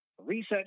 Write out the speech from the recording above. research